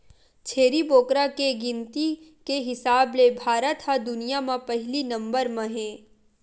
छेरी बोकरा के गिनती के हिसाब ले भारत ह दुनिया म पहिली नंबर म हे